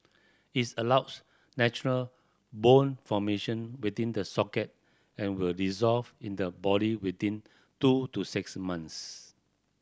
its allows natural bone formation within the socket and will dissolve in the body within two to six months